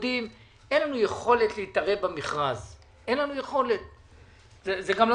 אין לנו יכולת להתערב במכרז וזה גם לא